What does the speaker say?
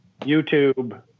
YouTube